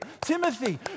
Timothy